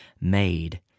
made